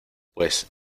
pues